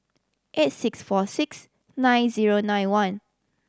eight six four six nine zero nine one